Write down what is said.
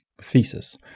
thesis